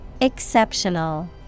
Exceptional